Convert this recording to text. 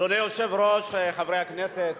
אדוני היושב-ראש, חברי הכנסת,